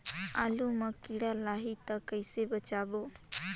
आलू मां कीड़ा लाही ता कइसे बचाबो?